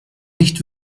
nicht